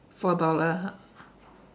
four dollar ha